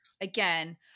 again